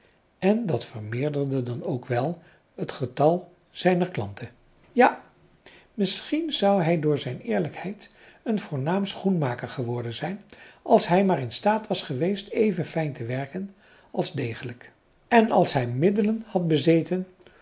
en dat vermeerderde dan ook wel het getal zijner klanten ja misschien zou hij door zijn eerlijkheid een voornaam schoenmaker geworden zijn als françois haverschmidt familie en kennissen hij maar in staat was geweest even fijn te werken als degelijk en als hij middelen had bezeten